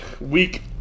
week